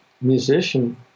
musician